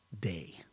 day